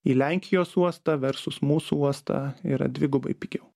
į lenkijos uostą versus mūsų uostą yra dvigubai pigiau